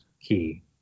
key